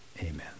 amen